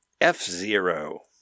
F-Zero